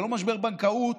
זה לא משבר בנקאות,